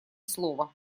слова